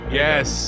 yes